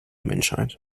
menschheit